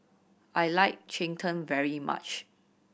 I like cheng tng very much